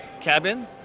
cabin